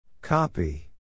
Copy